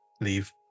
Leave